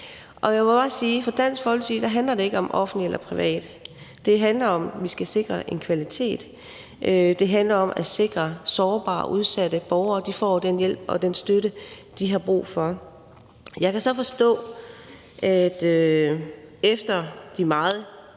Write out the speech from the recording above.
Jeg må bare sige, at for Dansk Folkeparti handler det ikke om offentlig eller privat. Det handler om, at vi skal sikre en kvalitet. Det handler om at sikre, at sårbare og udsatte borgere får den hjælp og den støtte, de har brug for. Jeg kan så forstå, at efter de meget,